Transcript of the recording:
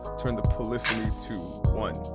turn the polyphony to one.